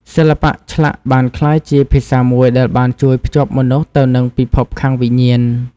សិល្បៈឆ្លាក់បានក្លាយជាភាសាមួយដែលបានជួយភ្ជាប់មនុស្សទៅនឹងពិភពខាងវិញ្ញាណ។